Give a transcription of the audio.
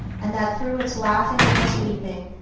and that through its laughing and its weeping,